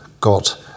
got